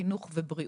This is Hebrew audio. חינוך ובריאות,